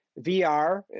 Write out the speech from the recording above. VR